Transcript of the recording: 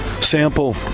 sample